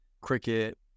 cricket